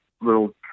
little